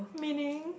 meaning